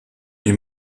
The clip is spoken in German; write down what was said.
die